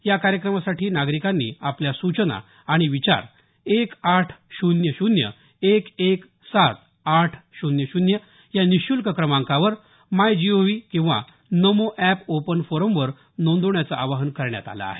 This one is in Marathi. या कार्यक्रमासाठी नागरिकांनी आपल्या सूचना आणि विचार एक आठ शून्य शून्य एक एक सात आठ शून्य शून्य या निशूल्क क्रमांकावर माय जीओव्ही किंवा मनो अॅप ओपन फोरमवर नोंदवण्याचं आवाहन करण्यात आलं आहे